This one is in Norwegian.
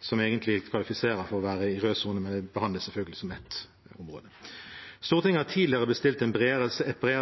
som egentlig kvalifiserer for å være i rød sone, men det behandles selvfølgelig som ett. Stortinget har tidligere bestilt et bredere